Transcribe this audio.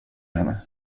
henne